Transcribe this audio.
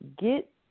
get